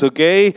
Okay